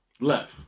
left